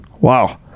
Wow